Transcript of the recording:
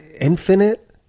infinite